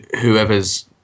whoever's